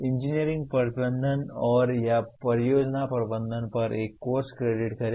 engineering प्रबंधन और या परियोजना प्रबंधन पर एक कोर्स क्रेडिट करें